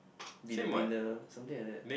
be the winner something like that